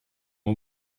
aux